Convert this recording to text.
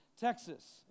Texas